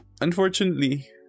unfortunately